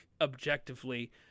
objectively